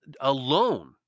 alone